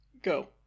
Go